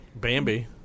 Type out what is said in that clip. Bambi